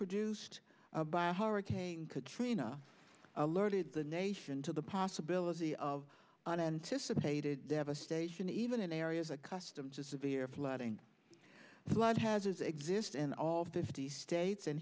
produced by a hurricane katrina alerted the nation to the possibility of unanticipated devastation even in areas accustomed to severe flooding the flood has existed in all fifty states